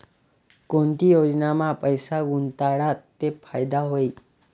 कोणती योजनामा पैसा गुताडात ते फायदा व्हई?